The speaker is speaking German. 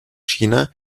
china